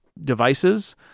devices